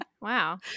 Wow